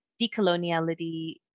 decoloniality